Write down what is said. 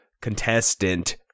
contestant